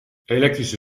elektrische